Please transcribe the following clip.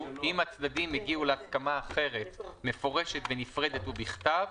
אם הצדדים הגיעו להסכמה אחרת מפורשת ונפרדת ובכתב".